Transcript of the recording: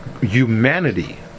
humanity